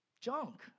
junk